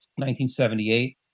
1978